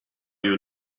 you